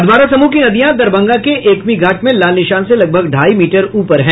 अधवारा समूह की नदियां दरभंगा के एकमीघाट में लाल निशान से लगभग ढाई मीटर ऊपर है